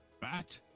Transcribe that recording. Bat